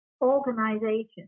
organization